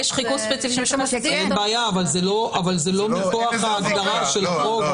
אבל זה לא מכוח ההגדרה של החוק.